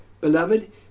Beloved